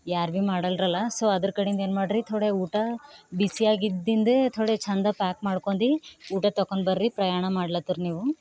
ಯಾರು ಭೀ ಮಾಡಲ್ರಲ್ಲ ಸೊ ಅದ್ರ ಕಡೀಂದು ಏನು ಮಾಡಿರಿ ಥೊಡೆ ಊಟ ಬಿಸಿ ಆಗಿದ್ದಿಂದೇ ಥೊಡೆ ಚಂದ ಪ್ಯಾಕ್ ಮಾಡ್ಕೊಂಡಿ ಊಟ ತಕೊಂಡ್ ಬರ್ರಿ ಪ್ರಯಾಣ ಮಾಡ್ಲತರ ನೀವು